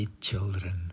children